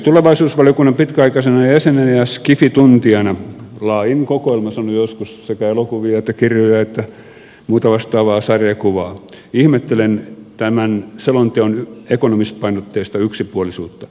tulevaisuusvaliokunnan pitkäaikaisena jäsenenä ja scifi tuntijana laajin kokoelma suomessa joskus sekä elokuvia että kirjoja että muuta vastaavaa sarjakuvaa ihmettelen tämän selonteon ekonomispainotteista yksipuolisuutta